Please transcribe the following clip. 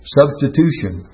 substitution